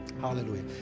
Hallelujah